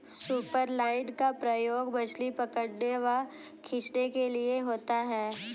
superline का प्रयोग मछली पकड़ने व खींचने के लिए होता है